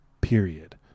Period